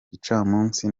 gicamunsi